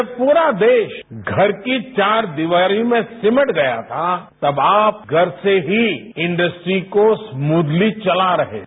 जब पूरा देश घर की चार दीवारी में सीमट गया था तब आप घर से ही इंडस्ट्री को स्मूदली चला रहे थे